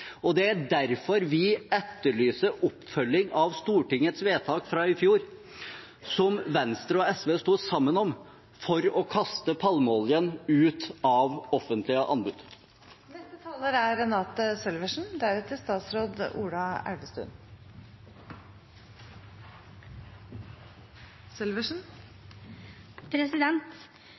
og det er derfor vi etterlyser oppfølging av Stortingets vedtak fra i fjor, som Venstre og SV sto sammen om, for å kaste palmeoljen ut av offentlige anbud.